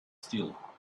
steel